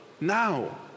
now